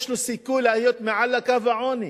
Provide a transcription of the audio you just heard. יש לו סיכוי להיות מעל לקו העוני.